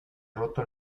roto